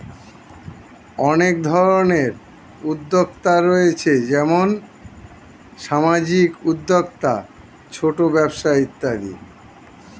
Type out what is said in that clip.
অনেক ধরনের উদ্যোক্তা রয়েছে যেমন সামাজিক উদ্যোক্তা, ছোট ব্যবসা ইত্যাদি